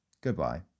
goodbye